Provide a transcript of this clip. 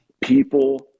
people